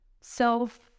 self